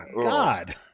God